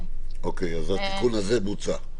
אז התיקון הזה בוצע.